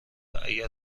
اگر